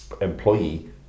employee